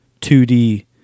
2D